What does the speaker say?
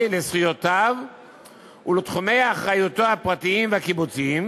לזכויותיו ולתחומי אחריותו הפרטיים והקיבוציים,